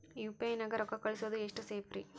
UPI ನ್ಯಾಗ ರೊಕ್ಕ ಕಳಿಸೋದು ಎಷ್ಟ ಸೇಫ್ ರೇ?